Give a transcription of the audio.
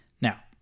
Now